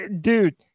dude